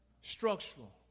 structural